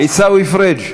עיסאווי פריג'